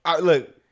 Look